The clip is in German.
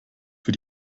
für